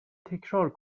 تکرار